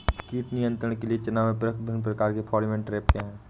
कीट नियंत्रण के लिए चना में प्रयुक्त विभिन्न प्रकार के फेरोमोन ट्रैप क्या है?